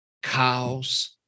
cows